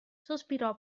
sospirò